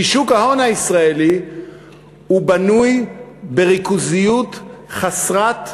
כי שוק ההון הישראלי בנוי בריכוזיות חסרת טעם.